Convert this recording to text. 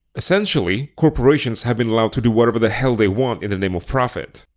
essentially, corporations have been allowed to do whatever the hell they want in the name of profit.